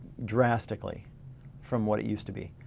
drastically from what it used to be.